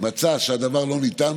מצא שהדבר לא ניתן,